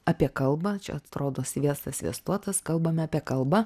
apie kalbą čia atrodo sviestas sviestuotas kalbame apie kalbą